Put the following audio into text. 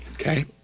Okay